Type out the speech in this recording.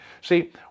see